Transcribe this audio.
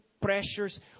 pressures